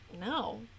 No